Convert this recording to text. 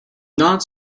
not